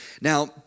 Now